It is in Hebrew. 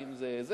אם זה זה,